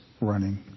running